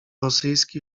rosyjski